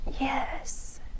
Yes